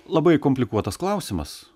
labai komplikuotas klausimas